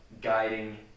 guiding